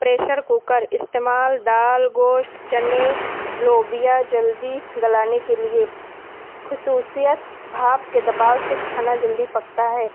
pressure cooker استعمال دال گوشت چنے لوبیہ جلدی گلانے کے لیے خصوصیت بھانپ کے دباؤ سے کھانا جلدی پکتا ہے